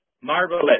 marvelous